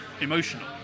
emotional